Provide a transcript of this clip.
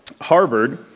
Harvard